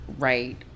right